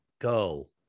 go